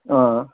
अँ